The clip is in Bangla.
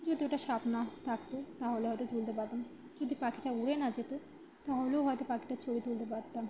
যদি ওটা সাপ না থাকত তাহলে হয়তো তুলতে পারতাম যদি পাখিটা উড়ে না যেত তা হলেও হয়তো পাখিটার ছবি তুলতে পারতাম